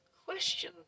question